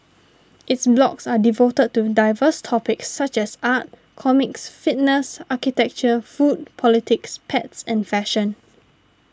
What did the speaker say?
its blogs are devoted to diverse topics such as art comics fitness architecture food politics pets and fashion